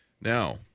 Now